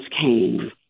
came